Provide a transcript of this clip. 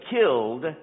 killed